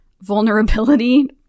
vulnerability